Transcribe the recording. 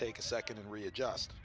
take a second and readjust